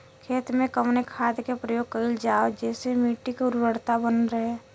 खेत में कवने खाद्य के प्रयोग कइल जाव जेसे मिट्टी के उर्वरता बनल रहे?